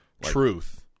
truth